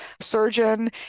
surgeon